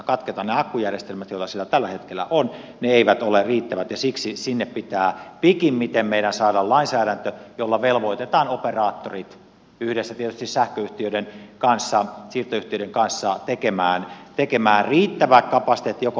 ne akkujärjestelmät joita siellä tällä hetkellä on eivät ole riittävät ja siksi sinne pitää pikimmiten meidän saada lainsäädäntö jolla velvoitetaan operaattorit tietysti yhdessä sähköyhtiöiden kanssa siirtoyhtiöiden kanssa tekemään riittävä kapasiteetti joko varavoimaa tai kaapelointi